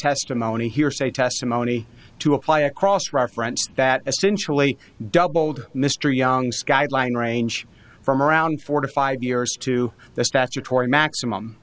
testimony hearsay testimony to apply across reference that essentially doubled mr young skyline range from around forty five years to the statutory maximum